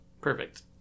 perfect